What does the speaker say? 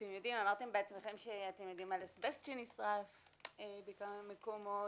אמרתם בעצמכם שאתם יודעים על אזבסט שנשרף בכמה מקומות